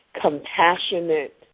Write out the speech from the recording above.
compassionate